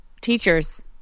teachers